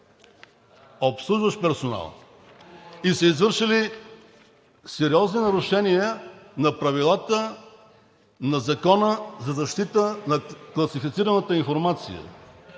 обслужващ персонал! – и са извършили сериозни нарушения на правилата на Закона за защита на класифицираната информация.